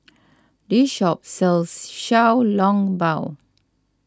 this shop sells Xiao Long Bao